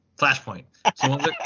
Flashpoint